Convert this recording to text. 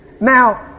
Now